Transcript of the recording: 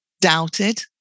doubted